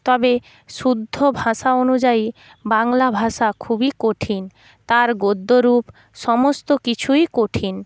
তবে শুদ্ধ ভাষা অনুযায়ী বাংলা ভাষা খুবই কঠিন তার গদ্যরূপ সমস্ত কিছুই কঠিন